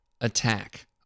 attack